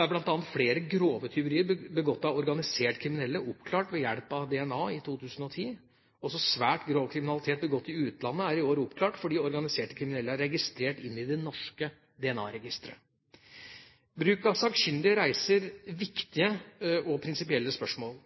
er bl.a. flere grove tyverier begått av organiserte kriminelle oppklart ved hjelp av DNA i 2010. Også svært grov kriminalitet begått i utlandet er i år oppklart fordi organiserte kriminelle er registrert inn i det norske DNA-registeret. Bruk av sakkyndige reiser viktige og prinsipielle spørsmål.